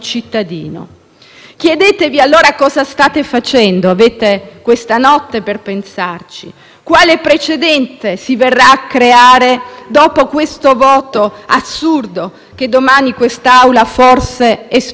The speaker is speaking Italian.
quale precedente si verrà a creare dopo questo voto assurdo che domani quest'Aula forse esprimerà. Pensiamo a cosa vuol dire Mediterraneo; pensiamo a cosa vuol dire parlare di una civiltà